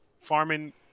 farming